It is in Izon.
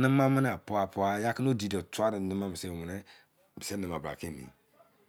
nana mini apua-pua ya kino di ni e tua de nama pua se ki o mo emi